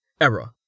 Error